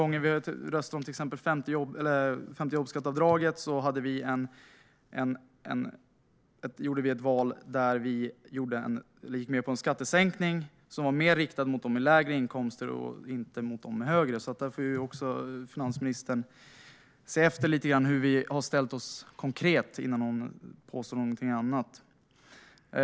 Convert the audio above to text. När vi röstade om det femte jobbskatteavdraget, för att ta ett exempel, gjorde vi ett val och gick med på en skattesänkning som var mer riktad mot dem med lägre inkomster och inte mot dem med högre. Finansministern får se efter hur vi har ställt oss konkret innan hon påstår någonting annat.